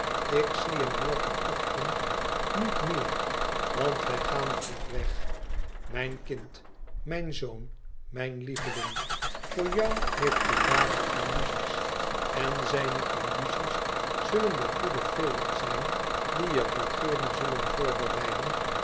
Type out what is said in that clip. ik zie hem morgenochtend niet meer want wij gaan vroeg weg mijn kind mijn zoon mijn lieveling voor jou heeft je vader illuzie's en zijne illuzie's zullen de goede feeën zijn die je regeering zullen voorbereiden